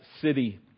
city